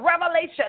revelation